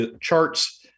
charts